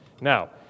Now